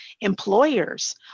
employers